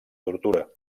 tortura